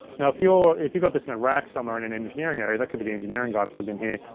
now if you're, if you got this in a rack somewhere in an engineering area, that could be the engineering guy plugged in here.